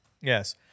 Yes